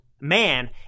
man